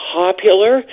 popular